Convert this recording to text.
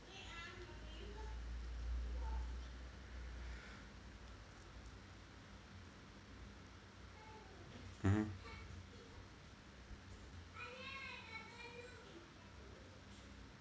mmhmm